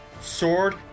sword